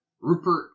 Rupert